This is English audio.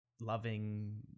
loving